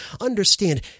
understand